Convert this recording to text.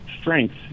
strength